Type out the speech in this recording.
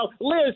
Liz